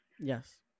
yes